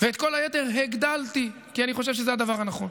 ואת כל היתר הגדלתי, כי אני חושב שזה הדבר הנכון.